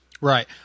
Right